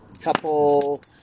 couple